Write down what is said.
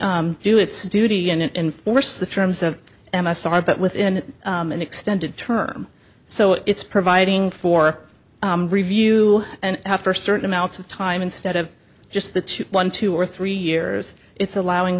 do its duty and force the terms of m s r but within an extended term so it's providing for review and after a certain amount of time instead of just the two one two or three years it's allowing